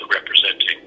representing